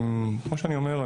כמו שאני אומר,